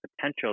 potential